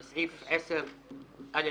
וסעיף 10(א)(1)